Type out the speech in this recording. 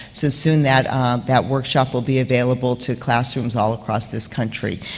so soon that that workshop will be available to classrooms all across this country.